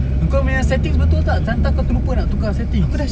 engkau punya setting betul tak sometimes kau lupa nak tekan setting